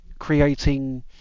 creating